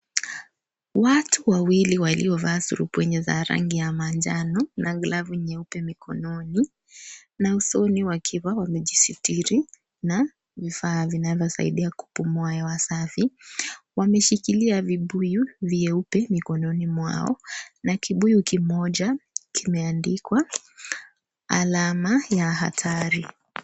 Watu wawili waliovaa surupwenye za rangi ya manjano, na glavu nyeupe mikononi, na usoni wakiwa wamejisitiri na vifaa vinavyosaidia kupumua hewa safi, wameshikilia vibuyu vyeupe mikononi mwao, na kibuyu kimoja kimeandikwa alama ya hatari.